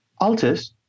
Altus